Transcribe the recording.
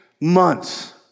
months